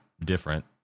different